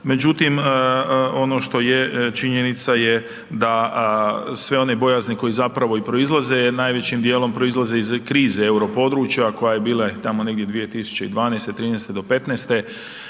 međutim ono što je činjenica je da sve one bojazni koji zapravo i proizlaze najvećim dijelom proizlaze iz krize Europodručja koja je bila tamo negdje 2012., '13.-te do '15.